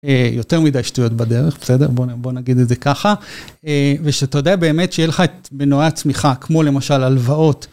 יותר מידי שטויות בדרך, בסדר? בואו נגיד את זה ככה. ושאתה יודע באמת שיהיה לך את מנועי הצמיחה, כמו למשל הלוואות.